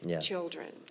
children